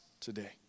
today